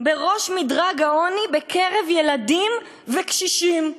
בראש מדרג העוני בקרב ילדים וקשישים.